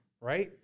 Right